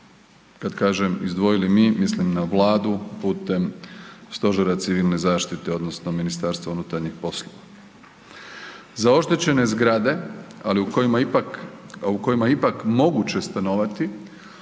kad kažem izdvojili mi mislim na Vladu putem stožera civilne zaštite odnosno MUP-a. Za oštećene zgrade, ali u kojima ipak, a u kojima